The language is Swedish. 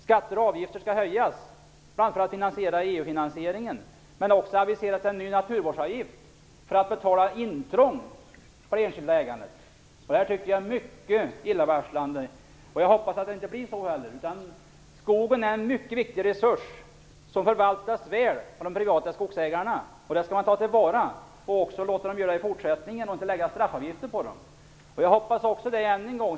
Skatter och avgifter skall höjas bara för att finansiera EU-medlemskapet. Men det har också aviserats en ny naturvårdsavgift för att betala intrång på det enskilda ägandet. Detta är mycket illavarslande, och jag hoppas att den inte kommer att införas. Skogen är en mycket viktig resurs som förvaltas väl av de privata skogsägarna. Det skall man ta till vara och också låta dem göra det i fortsättningen i stället för att införa straffavgifter för dem.